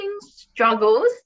struggles